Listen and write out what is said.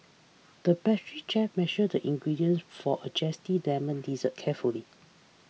the pastry chef measured the ingredients for a Zesty Lemon Dessert carefully